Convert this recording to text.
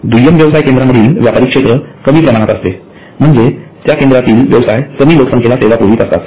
दुय्यम व्यवसाय केंद्रामधील व्यापारी क्षेत्र कमी प्रमाणात असते म्हणजे त्या केंद्रातील व्यवसाय कमी लोकसंख्येला सेवा पुरवीत असतात